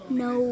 no